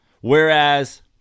Whereas